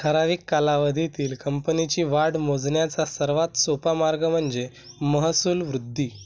ठराविक कालावधीतील कंपनीची वाढ मोजण्याचा सर्वात सोपा मार्ग म्हणजे महसूल वृद्धी